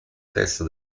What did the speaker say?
testo